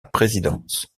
présidence